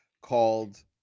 called